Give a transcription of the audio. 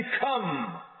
come